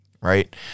right